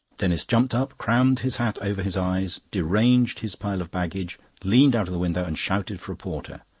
denis jumped up, crammed his hat over his eyes, deranged his pile of baggage, leaned out of the window and shouted for a porter,